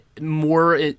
more